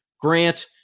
Grant